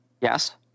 yes